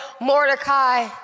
Mordecai